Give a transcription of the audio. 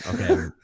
Okay